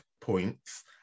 points